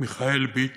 מיכאל ביץ,